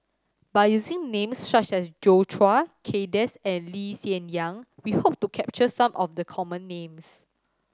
by using names such as Joi Chua Kay Das and Lee Hsien Yang we hope to capture some of the common names